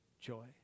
joy